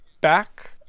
back